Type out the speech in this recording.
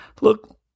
look